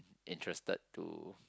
interested to